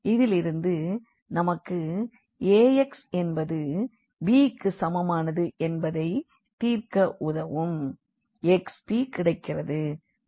அதிலிருந்து நமக்கு Ax என்பது b வுக்கு சமமானது என்பதை தீர்க்க உதவும் x p கிடைக்கிறது